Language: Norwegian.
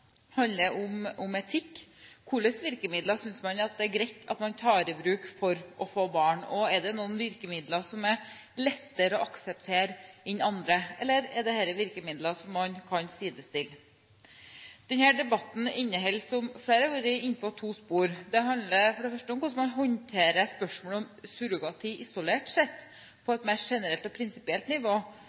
handler om verdier, om etikk. Hva slags virkemidler synes man det er greit at man tar i bruk for å få barn? Og er det noen virkemidler som er lettere å akseptere enn andre, eller er dette virkemidler som man kan sidestille? Denne debatten inneholder, som flere har vært inne på, to spor. Den handler for det første om hvordan man håndterer spørsmålet om surrogati isolert sett på et mer generelt og prinsipielt nivå,